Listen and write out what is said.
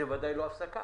זה ודאי לא הפסקה.